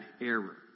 error